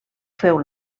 féu